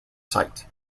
site